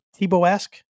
Tebow-esque